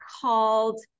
called